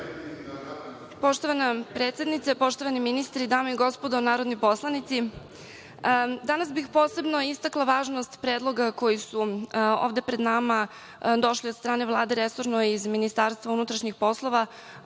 predsednice, poštovani ministri, dame i gospodo narodni poslanici, danas bih posebno istakla važnost predloga koji su ovde pred nama došli od strane Vlade i resornog Ministarstva unutrašnjih poslova.